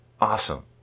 Awesome